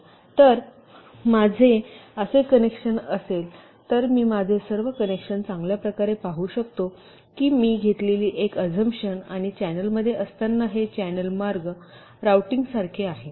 तर जर माझे असे कनेक्शन असेल तर मी माझे सर्व कनेक्शन चांगल्या प्रकारे पाहू शकतो की मी घेतलेली एक अजमशन आणि चॅनेलमध्ये असताना हे चॅनेल मार्ग राऊंटिंगसारखे आहे